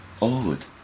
old